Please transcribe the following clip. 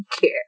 care